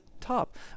top